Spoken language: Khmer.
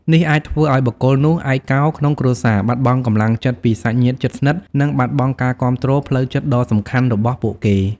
នេះអាចធ្វើឲ្យបុគ្គលនោះឯកោក្នុងគ្រួសារ បាត់បង់កម្លាំងចិត្តពីសាច់ញាតិជិតស្និទ្ធ និងបាត់បង់ការគាំទ្រផ្លូវចិត្តដ៏សំខាន់របស់ពួកគេ។